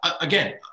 again